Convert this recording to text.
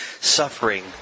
suffering